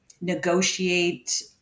negotiate